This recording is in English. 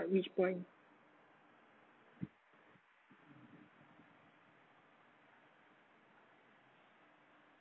which point